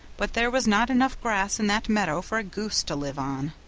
but there was not enough grass in that meadow for a goose to live on.